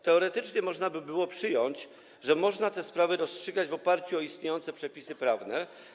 Teoretycznie można by było przyjąć, że można te sprawy rozstrzygać w oparciu o istniejące przepisy prawne.